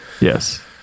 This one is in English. Yes